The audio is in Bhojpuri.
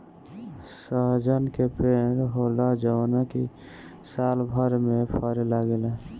सहजन के पेड़ होला जवन की सालभर में फरे लागेला